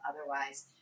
otherwise